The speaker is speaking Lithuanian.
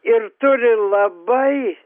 ir turi labai